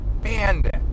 bandit